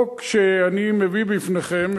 החוק שאני מביא בפניכם,